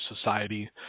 society